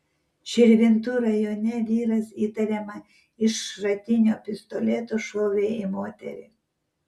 širvintų rajone vyras įtariama iš šratinio pistoleto šovė į moterį